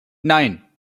nine